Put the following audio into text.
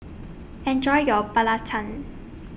Enjoy your Belacan